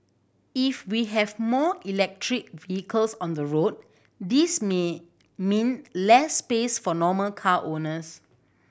if we have more electric vehicles on the road this may mean less space for normal car owners